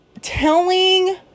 telling